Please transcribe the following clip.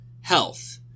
health